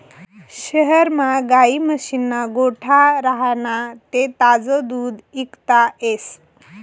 शहरमा गायी म्हशीस्ना गोठा राह्यना ते ताजं दूध इकता येस